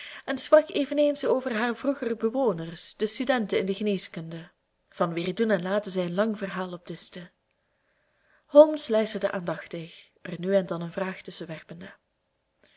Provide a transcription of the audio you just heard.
en sprak eveneens over haar vroegere bewoners de studenten in de geneeskunde van wier doen en laten zij een lang verhaal opdischte holmes luisterde aandachtig er nu en dan een vraag tusschen werpende